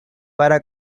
para